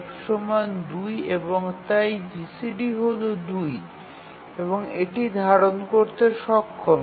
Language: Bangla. F ২ এবং তাই GCD হল ২ এবং এটি ধারণ করতে সক্ষম